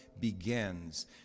begins